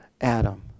Adam